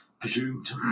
presumed